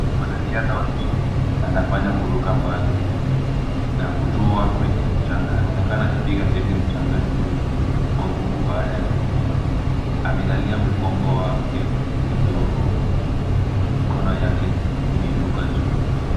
Mwanariadha wa kiume anafanya kuruka mbali na kutua kwenye mchanga. Anaonekana akipiga teke mchanga juu kwa nguvu baada ya kutua. Amelalia mgongo wake kidogo na mikono yake imeinuka juu.